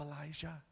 Elijah